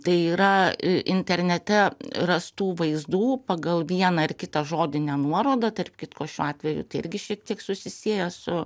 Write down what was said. tai yra internete rastų vaizdų pagal vieną ar kitą žodinę nuorodą tarp kitko šiuo atveju tai irgi šiek tiek susisieja su